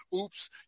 oops